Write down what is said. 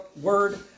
word